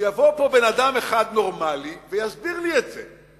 שיבוא פה בן-אדם אחד נורמלי ויסביר לי את זה.